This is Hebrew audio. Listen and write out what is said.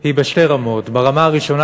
היא בשתי רמות: ברמה הראשונה,